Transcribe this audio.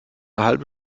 halbe